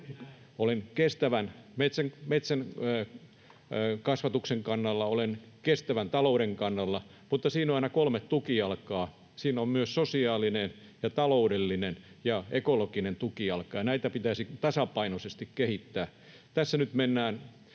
Olen kestävän metsänkasvatuksen kannalla, olen kestävän talouden kannalla, mutta siinä on aina kolme tukijalkaa, siinä on sosiaalinen, taloudellinen ja ekologinen tukijalka, ja näitä pitäisi tasapainoisesti kehittää. Tässä nyt mennään